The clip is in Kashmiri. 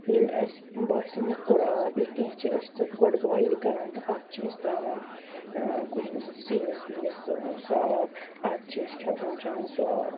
ییٚلہِ اَسہِ باسہِ موٚکُر آب یا کیٚنٛہہ چھُ أسۍ چھِ تَتھ گۄڈٕ بۄیل کَران تہٕ اَدٕ چھِ أسۍ تراوان کُنہِ سِنِس وِنِس سُہ سُہ آب اَدٕ چھِ أسۍ کھیٚوان چیٚوان سُہ آب